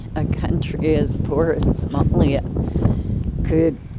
a country as poor as somalia could